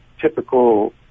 Typical